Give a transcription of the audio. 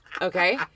Okay